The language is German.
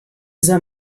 soll